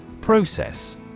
Process